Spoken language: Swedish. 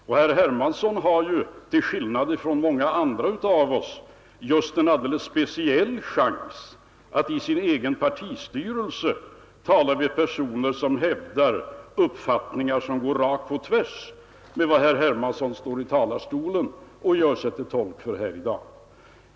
Och herr Hermansson har ju till skillnad från många andra av oss en alldeles speciell chans att i sin egen partistyrelse tala med personer som hävdar uppfattningar som går rakt på tvärs med vad herr Hermansson står i talarstolen och gör sig till tolk för i dag.